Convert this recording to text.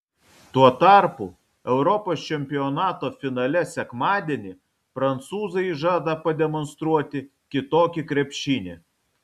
tuo tarpu europos čempionato finale sekmadienį prancūzai žada pademonstruoti kitokį krepšinį